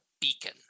beacon